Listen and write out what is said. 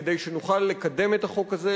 כדי שנוכל לקדם את החוק הזה,